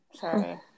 Sorry